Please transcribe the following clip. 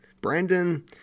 Brandon